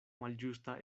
malĝusta